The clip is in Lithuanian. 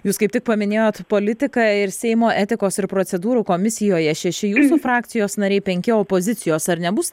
jūs kaip tik paminėjot politiką ir seimo etikos ir procedūrų komisijoje šeši jūsų frakcijos nariai penki opozicijos ar nebus